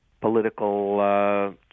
political